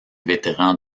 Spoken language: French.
vétérans